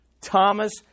Thomas